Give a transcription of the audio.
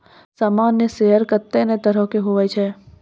सामान्य शेयर कत्ते ने तरह के हुवै छै